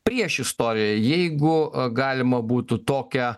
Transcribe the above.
priešistorė jeigu galima būtų tokią